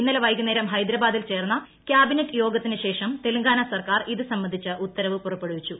ഇന്നലെ വൈകുന്നേരം ഹൈദരാബാദിൽ ചേർന്ന കൃാബിനറ്റ് യോഗത്തിനു ശേഷം തെലുങ്കാന സർക്കാർ ഇത് സംബന്ധിച്ച ഉത്തരവ് പുറപ്പെടുവിച്ചു